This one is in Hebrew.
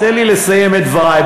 תן לי לסיים את דברי,